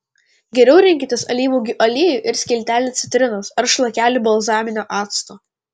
geriau rinkitės alyvuogių aliejų ir skiltelę citrinos ar šlakelį balzaminio acto